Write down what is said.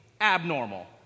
abnormal